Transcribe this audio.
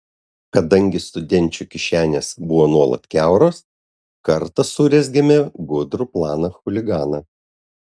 kadangi studenčių kišenės buvo nuolat kiauros kartą surezgėme gudrų planą chuliganą